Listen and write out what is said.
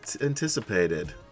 anticipated